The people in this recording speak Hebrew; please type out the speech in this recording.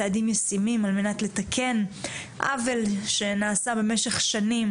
צעדים ישימים על מנת לתקן עוול שנעשה במשך שנים,